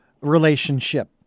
relationship